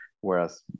whereas